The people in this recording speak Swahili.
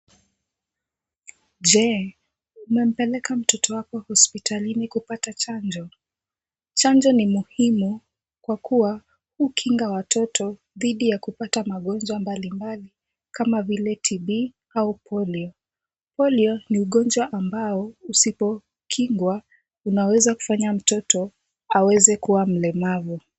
Je, umepeleka mtoto wako hospitalini kupata chanjo? Chanjo ni muhimu kwa kuwa hukinga watoto dhidi ya kupata magonjwa mbali mbali kama vile TB au polio. Polio ni ugonjwa ambao usipokingwa unaweza kufanya mtoto aweze kuwa mlemavu.